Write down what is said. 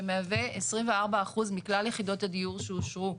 שמהווה 24% מכלל יחידות הדיור שאושרו,